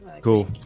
Cool